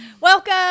Welcome